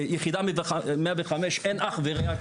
ליחידה 105 אין אח ורע,